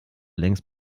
längst